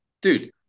Dude